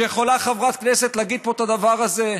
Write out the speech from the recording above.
שיכולה חברת כנסת להגיד פה את הדבר הזה?